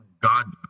God